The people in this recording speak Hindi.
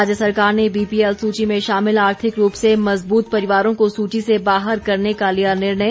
राज्य सरकार ने बीपीएल सूची में शामिल आर्थिक रूप से मजबूत परिवारों को सूची से बाहर करने का लिया निर्णय